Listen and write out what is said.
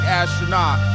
astronaut